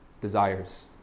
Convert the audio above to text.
desires